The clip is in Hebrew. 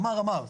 אמר-אמר,